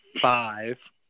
five